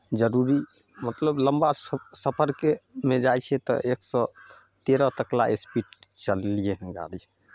जरूरी मतलब लम्बा स सफरकेमे जाइ छियै तऽ एक सए तेरह तक लेल स्पीड चललियै हम गाड़ीसँ